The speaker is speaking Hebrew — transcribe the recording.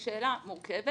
היא שאלה מורכבת,